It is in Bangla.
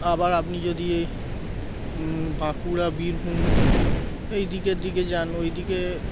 আবার আপনি যদি বাঁকুড়া বীরভূম এই দিকের দিকে যান ওই দিকে